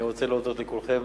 אני רוצה להודות לכולכם.